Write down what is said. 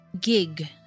gig